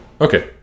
Okay